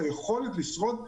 יכולת לשרוד שנה.